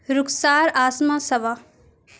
Rukhsar Asma Saba